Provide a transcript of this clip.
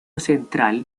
central